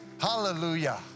Hallelujah